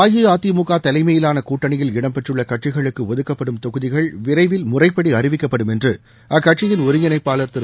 அஇஅதிமுக தலைமையிலான கூட்டணியில் இடம்பெற்றுள்ள கட்சிகளுக்கு ஒதுக்கப்படும் தொகுதிகள் விரைவில் முறைப்படி அறிவிக்கப்படும் என்று அக்கட்சியின் ஒருங்கிணைப்பாளர் திரு